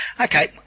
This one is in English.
Okay